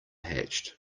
hatched